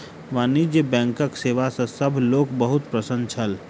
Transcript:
वाणिज्य बैंकक सेवा सॅ सभ लोक बहुत प्रसन्न छल